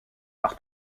par